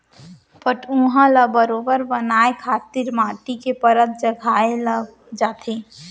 पटउहॉं ल बरोबर बनाए खातिर माटी के परत चघाए जाथे